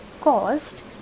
caused